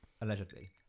Allegedly